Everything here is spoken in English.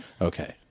okay